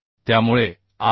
त्यामुळे आय